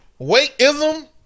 weightism